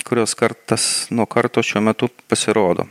kurios kartas nuo karto šiuo metu pasirodo